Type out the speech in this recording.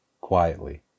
quietly